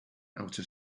outer